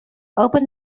open